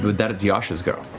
that, it's yasha's go.